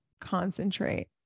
concentrate